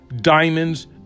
diamonds